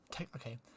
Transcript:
okay